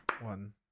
One